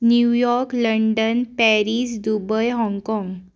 new York London Paris Dubai Hong Kong